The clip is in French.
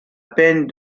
peine